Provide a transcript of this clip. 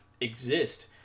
exist